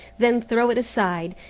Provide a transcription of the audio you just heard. then throw it aside,